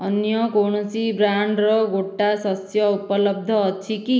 ଅନ୍ୟ କୌଣସି ବ୍ରାଣ୍ଡ୍ର ଗୋଟା ଶସ୍ୟ ଉପଲବ୍ଧ ଅଛି କି